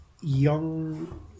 young